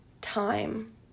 time